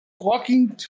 walking